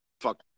Fuck